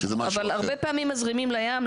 אבל הרבה פעמים מזרימים לים,